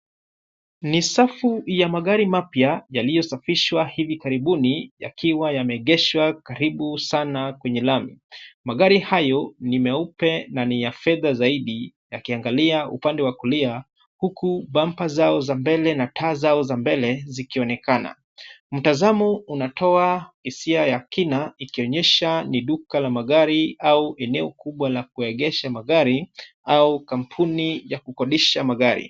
Ni safu ya magari mapya yaliyosafishwa hivi karibuni yakiwa yameegeshwa karibu sana kwenye lami. Magari hayo ni meupe na ni ya fedha zaidi yakiangalia upande wa kulia huku bampa zao za mbele na taa zao za mbele zikionekana. Mtazamu unatoa hisia ya kina ikionyesha ni duka la magari au eneo kubwa la kuegesha magari au kampuni ya kukodisha magari.